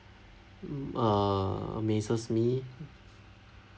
uh amazes me